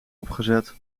opgezet